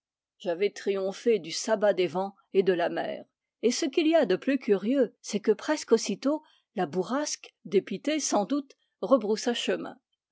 j'avais triomphé du sabbat des vents et de la mer et ce qu'il y a de plus curieux c'est que presque aussitôt la bourrasque dépitée sans doute rebroussa chemin